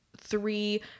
three